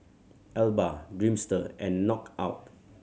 Alba Dreamster and Knockout